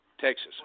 Texas